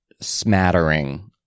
smattering